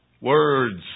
words